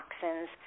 toxins